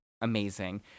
Amazing